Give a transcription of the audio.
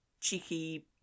cheeky